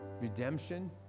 redemption